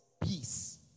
peace